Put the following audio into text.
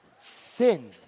Sin